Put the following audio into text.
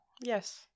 Yes